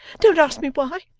don't ask me why,